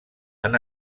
han